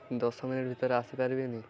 ଦଶ ମିନିଟ ଭିତରେ ଆସିପାରିବେନି